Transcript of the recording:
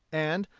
and,